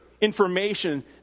information